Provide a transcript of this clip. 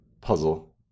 puzzle